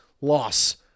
loss